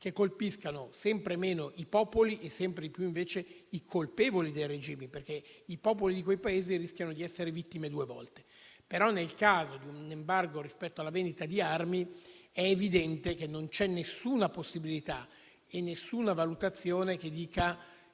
che colpiscano sempre meno i popoli e sempre di più invece i colpevoli dei regimi, perché i popoli di quei Paesi rischiano di essere vittime due volte. Nel caso di un embargo rispetto alla vendita di armi, però, è evidente che non ci sono alcuna possibilità e alcuna valutazione secondo